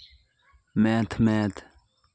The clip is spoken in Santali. ᱢᱮᱫ ᱢᱮᱫ